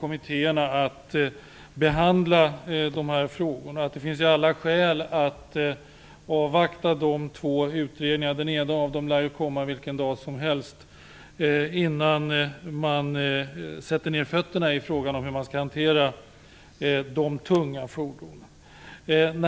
Man har alla skäl att avvakta de två utredningarna - resultatet av den ena lär komma vilken dag som helst - innan man sätter ned foten i frågan om hanteringen av de tunga fordonen.